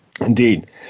Indeed